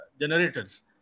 generators